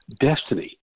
destiny